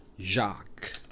Jacques